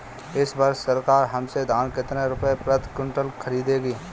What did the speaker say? इस वर्ष सरकार हमसे धान कितने रुपए प्रति क्विंटल खरीदेगी?